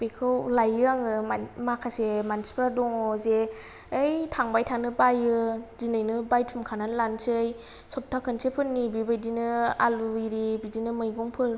बेखौ लाइयो आङो मान माखासे मानसिफ्रा दङ जे यै थांबाय थानो बायो दिनैनो बायथुमखानानै लानसै सप्ता खनसेफोरनि बे बायदिनो आलु इरि बिदिनो मैगंफोर